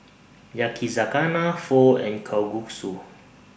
Yakizakana Pho and Kalguksu